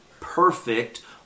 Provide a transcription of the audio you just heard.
perfect